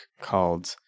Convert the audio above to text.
called